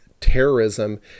terrorism